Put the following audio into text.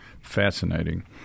Fascinating